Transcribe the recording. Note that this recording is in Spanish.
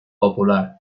popular